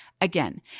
again